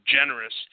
generous